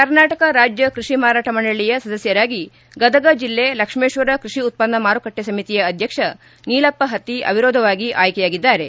ಕರ್ನಾಟಕ ರಾಜ್ಯ ಕೃಷಿ ಮಾರಾಟ ಮಂಡಳಿಯ ಸದಸ್ಯರಾಗಿ ಗದಗ ಜಿಲ್ಲೆ ಲಕ್ಷ್ಮಪ್ವರ ಕೃಷಿ ಉತ್ತನ್ನ ಮಾರುಕಟ್ಟೆ ಸಮಿತಿಯ ಅಧ್ಯಕ್ಷ ನೀಲಪ್ಪ ಹತ್ತಿ ಅವಿರೋಧವಾಗಿ ಆಯ್ಕೆಯಾಗಿದ್ದಾರೆ